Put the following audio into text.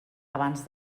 abans